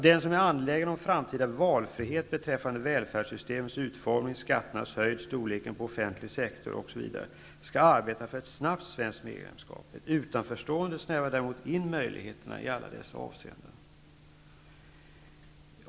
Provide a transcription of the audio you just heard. Den som är angelägen om en framtida valfrihet beträffande välfärdssystemets utformning, skattesatserna, storleken på den offentliga sektorn osv. skall alltså arbeta för ett snabbt svenskt medlemskap. Ett utanförstående däremot skulle innebära att möjligheterna i alla dessa avseenden snävades in.